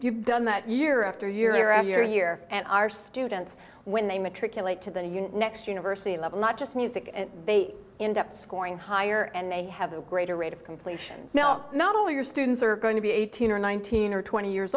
you've done that year after year after year and our students when they matriculate to the next university level not just music and they end up scoring higher and they have a greater rate of completions now not all your students are going to be eighteen or nineteen or twenty years